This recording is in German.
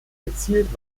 gezielt